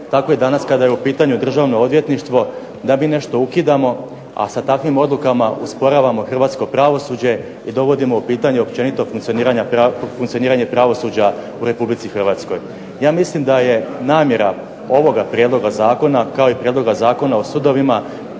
tako i danas kada je u pitanju Državno odvjetništvo da mi nešto ukidamo, a sa takvim odlukama usporavamo hrvatsko pravosuđe i dovodimo u pitanje općenito funkcioniranje pravosuđa u RH. Ja mislim da je namjera ovoga prijedloga zakona kao i prijedloga Zakona o sudovima